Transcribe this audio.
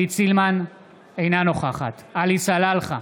אינה נוכחת עלי סלאלחה,